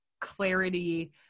Clarity